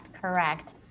Correct